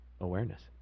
awareness